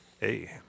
Hey